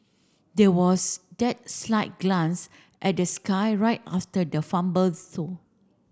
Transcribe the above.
there was that slight glance at the sky right after the fumble